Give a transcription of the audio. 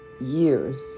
years